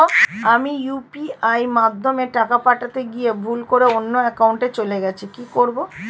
আমি ইউ.পি.আই মাধ্যমে টাকা পাঠাতে গিয়ে ভুল করে অন্য একাউন্টে চলে গেছে কি করব?